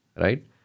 right